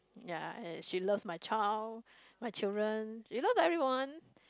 ya and she love my child my children you know the everyone